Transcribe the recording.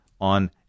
on